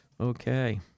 Okay